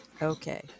Okay